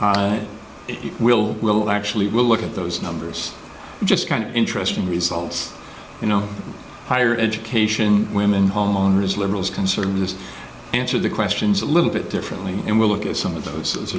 you will we'll actually we'll look at those numbers just kind of interesting results you know higher education women homeowners liberals concerned answered the questions a little bit differently and we'll look at some of those s